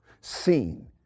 seen